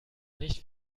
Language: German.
nicht